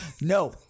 no